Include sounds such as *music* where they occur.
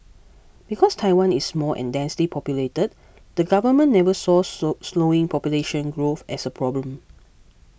because Taiwan is small and densely populated the government never saw *unintelligible* slowing population growth as a problem